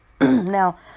Now